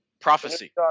prophecy